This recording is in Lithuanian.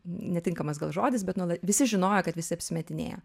netinkamas gal žodis bet nuola visi žinojo kad visi apsimetinėja